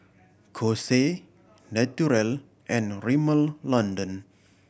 Kose Naturel and Rimmel London